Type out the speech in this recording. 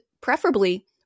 preferably